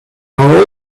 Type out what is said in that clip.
are